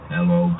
Hello